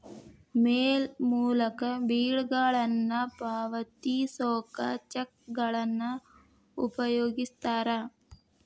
ಮೇಲ್ ಮೂಲಕ ಬಿಲ್ಗಳನ್ನ ಪಾವತಿಸೋಕ ಚೆಕ್ಗಳನ್ನ ಉಪಯೋಗಿಸ್ತಾರ